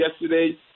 yesterday